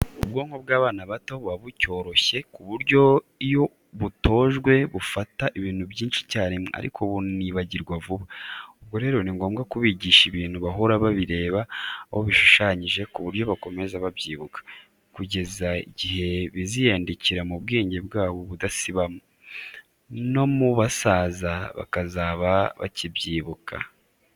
Ubwonko bw'abana bato buba bucyoroshye, ku buryo iyo butojwe bufata ibintu byinshi icyarimwe ariko bunibagirwa vuba, ubwo rero ni ngombwa kubigisha ibintu bahora babireba aho bishushanyije ku buryo bakomeza babyibuka, kugeza igihe biziyandikira mu bwenge bwabo ubudasibandana, no mu busaza bakazaba bakibyibuka.